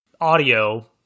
audio